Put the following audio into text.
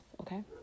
okay